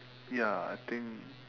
ya I think